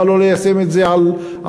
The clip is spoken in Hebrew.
אז למה לא ליישם את זה על החברות?